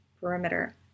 perimeter